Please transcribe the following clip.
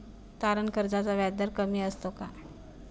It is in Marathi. तारण कर्जाचा व्याजदर कमी असतो का?